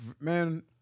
man